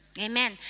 Amen